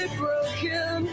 broken